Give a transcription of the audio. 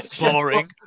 boring